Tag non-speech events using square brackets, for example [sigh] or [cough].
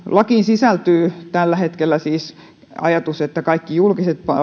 [unintelligible] lakiin sisältyy tällä hetkellä siis ajatus että kaikki julkiset